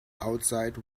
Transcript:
outside